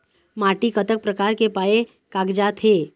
माटी कतक प्रकार के पाये कागजात हे?